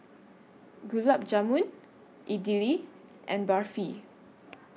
Gulab Jamun Idili and Barfi